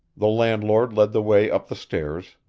the landlord led the way up the stairs,